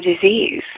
disease